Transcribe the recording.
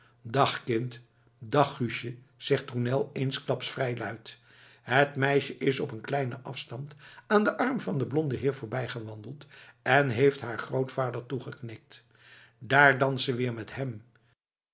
dag kind dag guusje zegt tournel eensklaps vrij luid het meisje is op een kleinen afstand aan den arm van den blonden heer voorbijgewandeld en heeft haar grootvader toegeknikt daar danst ze weer met hem